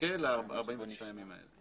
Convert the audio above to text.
חכה ל-49 ימים האלה.